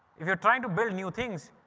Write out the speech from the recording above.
if you're trying to build new things,